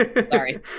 Sorry